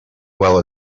well